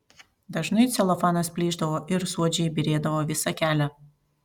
dažnai celofanas plyšdavo ir suodžiai byrėdavo visą kelią